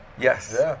Yes